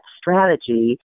strategy